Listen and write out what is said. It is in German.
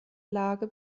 lage